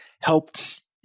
helped